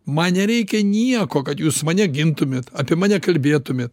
man nereikia nieko kad jūs mane gintumėt apie mane kalbėtumėt